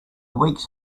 weeks